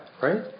right